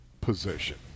position